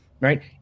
Right